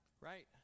right